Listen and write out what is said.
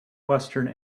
western